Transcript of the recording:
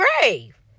grave